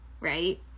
right